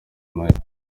mahirwe